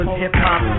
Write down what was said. hip-hop